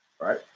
Right